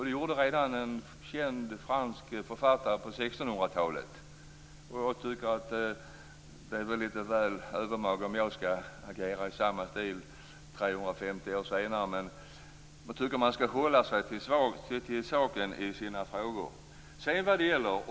Det gjorde redan en känd fransk författare på 1600-talet. Jag tycker att det kanske vore lite övermaga om jag skulle agera i samma stil 350 år senare, men jag tycker att man skall hålla sig till saken i sina frågor.